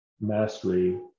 mastery